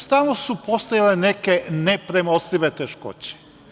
Stalno su postojale neke nepremostive teškoće.